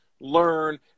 learn